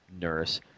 nurse